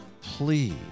Please